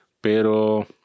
Pero